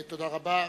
תודה רבה.